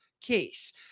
case